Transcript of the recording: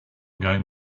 going